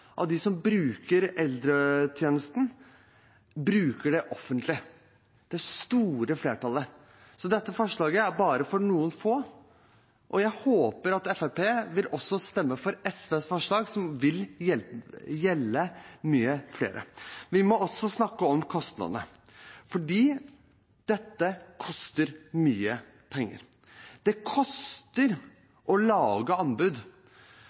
at de vil stemme imot. Det er trist, for det store flertallet av dem som bruker eldretjenesten, bruker det offentlige. Dette forslaget er bare for noen få, og jeg håper at Fremskrittspartiet vil stemme for SVs forslag, som vil gjelde mange flere. Vi må også snakke om kostnadene, for dette koster mye penger. Det koster å lage anbud.